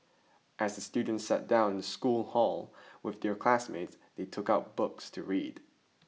as the students sat down in the school hall with their classmates they took out books to read